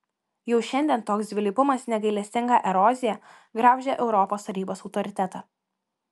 jau šiandien toks dvilypumas negailestinga erozija graužia europos tarybos autoritetą